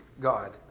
God